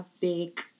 big